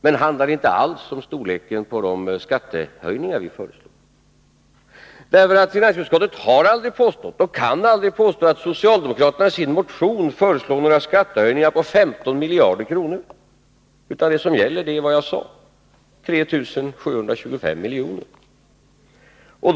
De handlade inte alls om storleken på de skattehöjningar som föreslås, ty finansutskottet har aldrig påstått och kan aldrig påstå att socialdemokraterna i sin motion föreslår några skattehöjningar på 15 miljarder kronor, utan det som gäller är vad jag sade, nämligen 3 725 milj.kr.